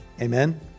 Amen